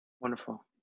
wonderful